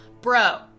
bro